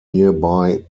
nearby